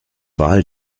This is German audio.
wahl